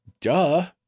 duh